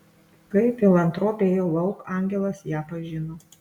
kai filantropė ėjo lauk angelas ją pažino